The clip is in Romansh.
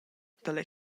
dalla